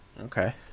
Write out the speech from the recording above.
Okay